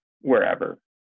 wherever